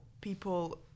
people